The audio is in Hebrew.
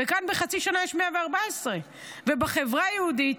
וכאן בחצי שנה יש 114. ובחברה היהודית,